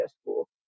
school